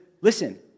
listen